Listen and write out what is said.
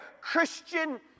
Christian